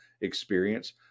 experience